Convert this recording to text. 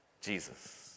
Jesus